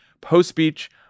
Post-speech